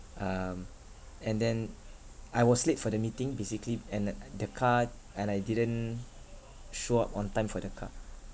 um and then I was late for the meeting basically and uh the car and I didn't show up on time for the car